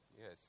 Yes